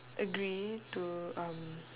agree to um